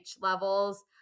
levels